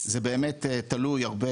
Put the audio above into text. זה באמת תלוי הרבה,